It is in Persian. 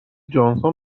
جانسون